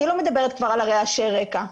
אני כבר לא מדברת על רעשי הרקע.